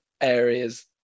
areas